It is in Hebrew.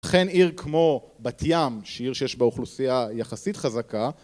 ולכן עיר כמו בת ים, שהיא עיר שיש בה אוכלוסייה יחסית חזקה